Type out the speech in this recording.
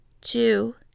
two